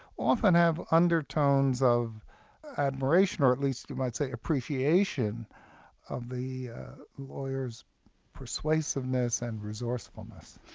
often have undertones of admiration, or at least you might say, appreciation of the lawyer's persuasiveness and resourcefulness.